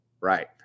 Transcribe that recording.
Right